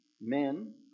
men